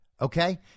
okay